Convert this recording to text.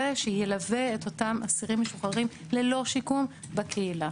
שילווה את אותם אסירים משוחררים ללא שיקום בקהילה.